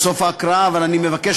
אדוני ראש הממשלה, שרים, רשמות